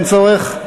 אין צורך?